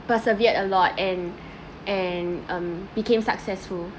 persevered a lot and and um became successful